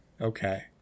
Okay